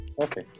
Okay